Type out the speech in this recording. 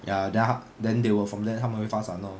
ya then 他 then they will from there 他们会发展 lor